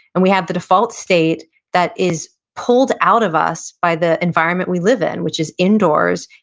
and we have the default state that is pulled out of us by the environment we live in, which is indoors,